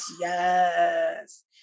yes